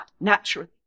naturally